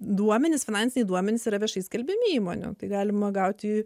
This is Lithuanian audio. duomenys finansiniai duomenys yra viešai skelbiami įmonių tai galima gauti